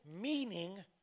meaning